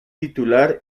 titular